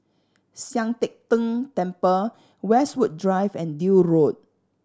Sian Teck Tng Temple Westwood Drive and Deal Road